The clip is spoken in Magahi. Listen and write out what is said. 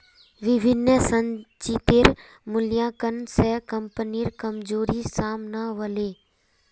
विभिन्न संचितेर मूल्यांकन स कम्पनीर कमजोरी साम न व ले